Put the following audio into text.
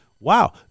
wow